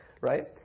right